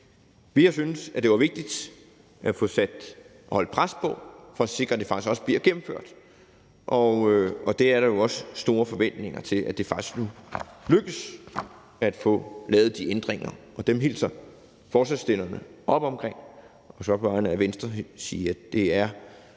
vi syntes, det var vigtigt at holde et pres på for at sikre, er det faktisk også bliver gennemført. Og der er også store forventninger til, at det faktisk vil kunne lykkes at få lavet de ændringer, og dem hilser forslagsstillerne velkommen. Og så vil jeg på vegne af Venstre sige, at det jo